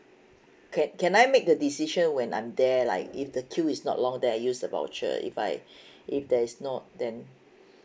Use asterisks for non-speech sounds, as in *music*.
can can I make the decision when I'm there like if the queue is not long then I use the voucher if I *breath* if there is not then